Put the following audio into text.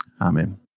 Amen